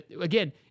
again